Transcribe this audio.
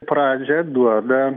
pradžią duoda